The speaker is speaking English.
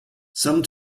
some